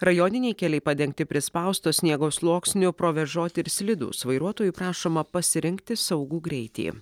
rajoniniai keliai padengti prispausto sniego sluoksniu provėžoti ir slidūs vairuotojų prašoma pasirinkti saugų greitį